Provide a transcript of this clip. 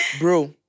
Bro